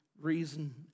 reason